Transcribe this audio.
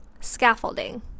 Scaffolding